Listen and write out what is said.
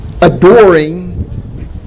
adoring